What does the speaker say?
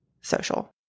social